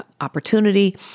opportunity